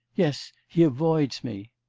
yes, he avoids me.